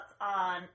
on